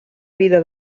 vida